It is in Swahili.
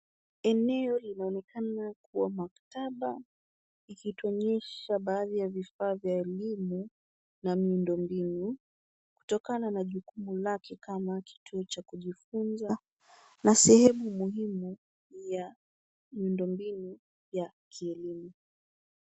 Eneo linaonekana kuwa maktaba ikituonyesha baadhi ya vifaa vya elimu na miundo mbinu. Kutokana na jukumu lake kama kituo cha kujifunza na sehemu muhimu ya miundo mbinu ya kelimu.